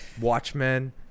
Watchmen